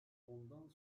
ondan